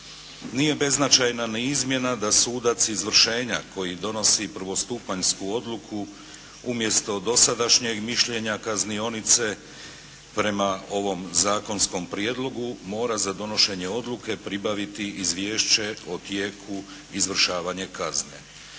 Nije beznačajna ni izmjena da sudac izvršenja koji donosi prvostupanjsku odluku umjesto dosadašnjeg mišljenja kaznionice prema ovom zakonskom prijedlogu mora za donošenje odluke pribaviti izvješće o tijeku izvršavanja kazne,